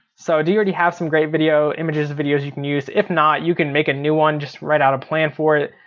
so do you already have some great video, images and videos you can use? if not you can make a new one, just write out a plan for it.